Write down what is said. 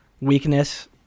weakness